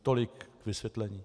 Tolik k vysvětlení.